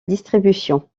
distribution